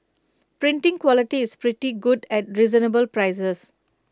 printing quality is pretty good at reasonable prices